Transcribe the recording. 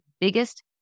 biggest